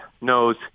knows